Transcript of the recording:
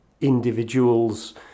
individuals